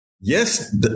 Yes